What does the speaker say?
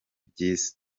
byiza